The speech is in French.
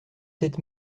sept